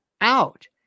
out